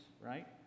right